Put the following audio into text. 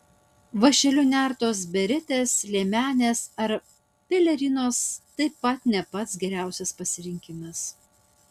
vąšeliu nertos beretės liemenės ar pelerinos taip pat ne pats geriausias pasirinkimas